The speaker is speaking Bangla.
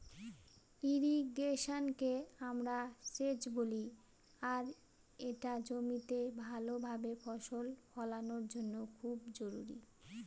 ইর্রিগেশনকে আমরা সেচ বলি আর এটা জমিতে ভাল ভাবে ফসল ফলানোর জন্য খুব জরুরি